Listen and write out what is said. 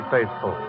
Faithful